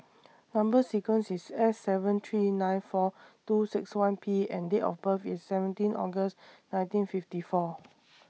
Number sequence IS S seven three nine four two six one P and Date of birth IS seventeen August nineteen fifty four